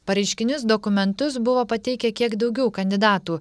pareiškinius dokumentus buvo pateikę kiek daugiau kandidatų